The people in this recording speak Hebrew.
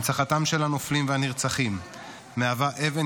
הנצחתם של הנופלים והנרצחים מהווה אבן